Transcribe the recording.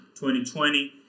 2020